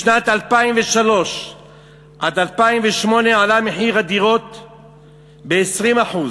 משנת 2003 עד 2008 עלה מחיר הדירות ב-20%,